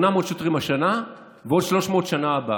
800 שוטרים השנה ועוד 300 שנה הבאה.